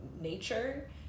nature